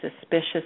suspicious